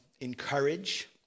encourage